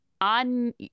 on